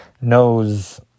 knows